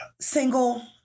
single